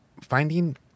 finding